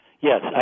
Yes